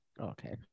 okay